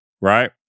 Right